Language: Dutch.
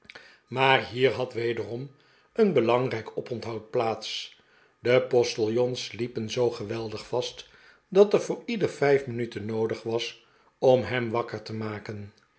maar hier had wederom een belangrijk oponthoud plaats de postiljons sliepen zoo geweldig vast dat er voor ieder vijf minuten noodig was om hem wakker te maken